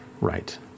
Right